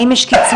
האם יש קיצוצים?